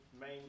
main